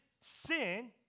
sin